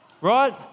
right